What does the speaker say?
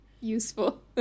useful